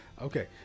Okay